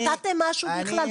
נתתם משהו בכלל?